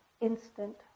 instant